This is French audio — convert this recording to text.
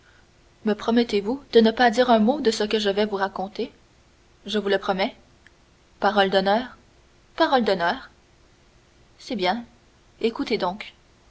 me promettez-vous de ne pas dire un mot de ce que je vais vous raconter je vous le promets parole d'honneur parole d'honneur c'est bien écoutez donc